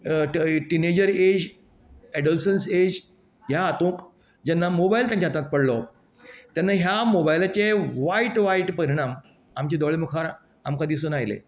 teenager age adolescence age ह्या हातूंक जेन्ना मोबायल तेंच्या हाताक पडलो तेन्ना ह्या मोबायलाचे वायट वायट परिणाम आमचे दोळे मुखार आमकां दिसून आयलें